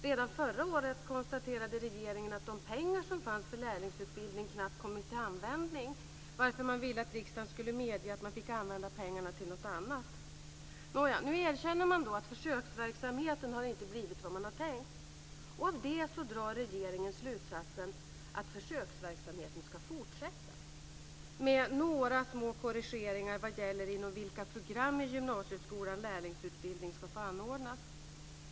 Redan förra året konstaterade regeringen att de pengar som fanns för lärlingsutbildning knappt har kommit till användning, varför man ville att riksdagen skulle medge att man fick använda pengarna till något annat. Nåja, nu erkänner man att försöksverksamheten inte har blivit vad man hade tänkt. Av det drar regeringen slutsatsen att försöksverksamheten ska fortsätta med några små korrigeringar vad gäller inom vilka program i gymnasieskolan lärlingsutbildning ska få anordnas.